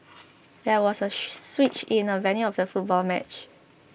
there was a she switch in the venue for the football match